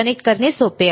connect करणे सोपे आहे